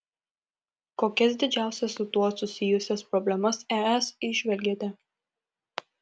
kokias didžiausias su tuo susijusias problemas es įžvelgiate